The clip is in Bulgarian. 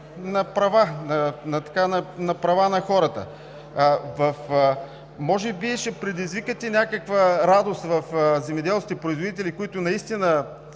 на права на хората. Може би ще предизвикате някаква радост в земеделските производители, при които наистина